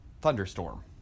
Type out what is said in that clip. thunderstorm